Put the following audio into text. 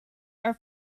are